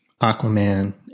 Aquaman